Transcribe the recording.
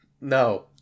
no